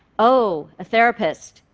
oh, a therapist.